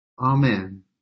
Amen